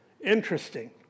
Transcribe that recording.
Interesting